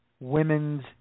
women's